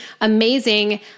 amazing